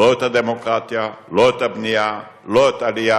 לא את הדמוקרטיה, לא את הבנייה, לא את העלייה,